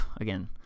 again